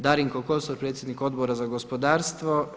Darinko Kosor, predsjednik Odbora za gospodarstvo.